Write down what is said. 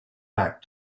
back